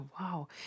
wow